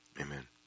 amen